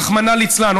רחמנא לצלן,